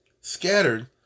scattered